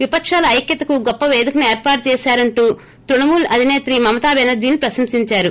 విపశాల ఐక్యతకు గొప్ప పేదికను ఏర్పాటు చేశారంటూ త్వణమూల్ అధినేత్రి మమతా బెనర్షీని ప్రశంసిందారు